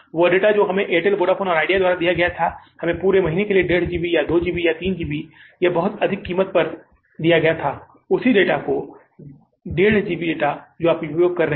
वह डेटा जो हमें एयरटेल वोडाफोन आइडिया द्वारा दिया गया था हमें पूरे महीने के लिए 15 GB या 2 GB या 3 GB डेटा बहुत अधिक कीमत पर दिया गया था उसी डेटा का 15 GB डेटा जो आप उपयोग कर रहे हैं